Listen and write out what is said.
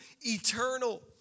eternal